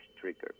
trigger